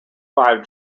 five